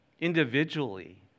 individually